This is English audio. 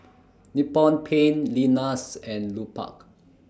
Nippon Paint Lenas and Lupark